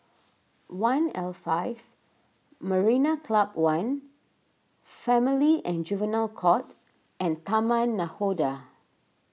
one' L Five Marina Club one Family and Juvenile Court and Taman Nakhoda